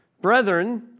Brethren